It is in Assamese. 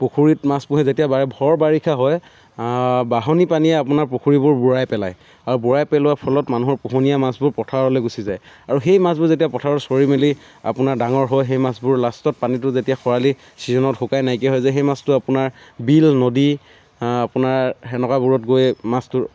পুখুৰীত মাছ পোহে যেতিয়া বাৰে ভৰ বাৰিষা হয় বাঢ়নী পানীয়ে আপোনাৰ পুখুৰীবোৰ বুৰাই পেলাই আৰু বুৰাই পেলোৱাৰ ফলত মানুহৰ পোহনীয়া মাছবোৰ পথাৰলৈ গুচি যায় আৰু সেই মাছবোৰ যেতিয়া পথাৰত চৰি মেলি আপোনাৰ ডাঙৰ হৈ সেই মাছবোৰ লাষ্টত পানীটো যেতিয়া খৰালি ছিজনত শুকাই নাইকিয়া হৈ যায় সেই মাছটো আপোনাৰ বিল নদী আপোনাৰ সেনেকুৱাবোৰত গৈ মাছটো